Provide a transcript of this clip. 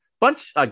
bunch